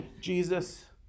Jesus